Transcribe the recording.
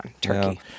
Turkey